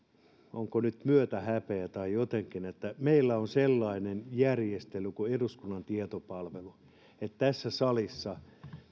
se nyt myötähäpeää tai jotakin että kun meillä on sellainen järjestely kuin eduskunnan tietopalvelu niin tässä salissa